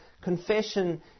confession